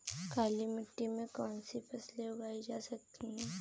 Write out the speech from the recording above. काली मिट्टी में कौनसी फसलें उगाई जा सकती हैं?